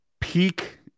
peak